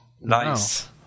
Nice